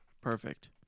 Perfect